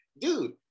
dude